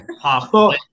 pop